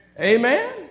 Amen